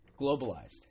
globalized